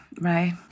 right